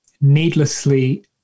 needlessly